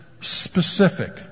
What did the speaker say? specific